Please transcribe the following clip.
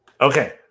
Okay